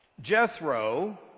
jethro